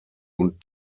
und